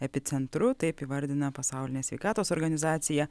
epicentru taip įvardina pasaulinė sveikatos organizacija